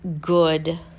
good